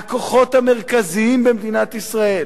הכוחות המרכזיים במדינת ישראל,